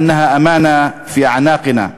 שהרי היא חוב קדוש המוטל עלינו.